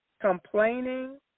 Complaining